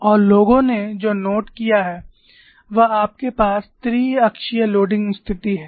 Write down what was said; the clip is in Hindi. और लोगों ने जो नोट किया है वह आपके पास त्रि अक्षीय भार स्थिति है